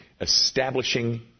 establishing